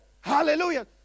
Hallelujah